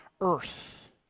earth